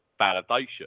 validation